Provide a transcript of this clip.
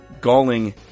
galling